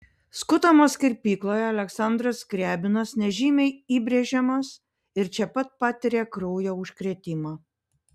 skutamas kirpykloje aleksandras skriabinas nežymiai įbrėžiamas ir čia pat patiria kraujo užkrėtimą